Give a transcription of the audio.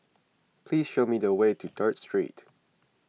please show me the way to Third Street